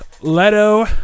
Leto